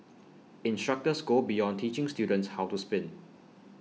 instructors go beyond teaching students how to spin